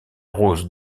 rose